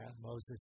Moses